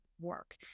work